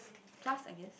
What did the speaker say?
plus I guess